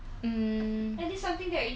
let me try